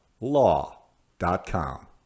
Law.com